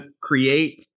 create